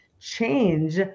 change